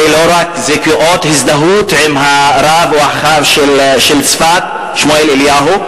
זה כאות הזדהות עם הרב של צפת, שמואל אליהו.